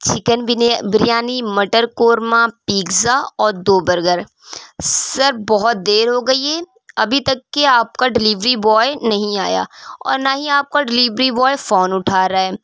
chicken biryani مٹر korma pizza اور دو برگر سر بہت دیر ہو گئی ہے ابھی تک کے آپ کا ڈلیوری بوائے نہیں آیا اور نہ ہی آپ کا ڈلیوری بوائے فون اٹھا رہا ہے